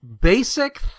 Basic